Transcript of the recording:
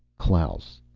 klaus.